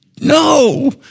No